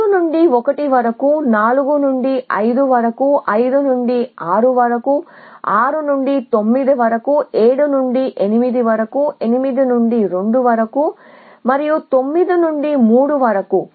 3 నుండి 1 వరకు 4 నుండి 5 వరకు 5 నుండి 6 వరకు 6 నుండి 9 వరకు 7 నుండి 8 వరకు 8 నుండి 2 వరకు మరియు 9 నుండి 3 వరకు